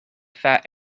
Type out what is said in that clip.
fat